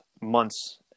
months